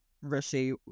rishi